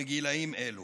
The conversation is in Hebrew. בגילים אלו.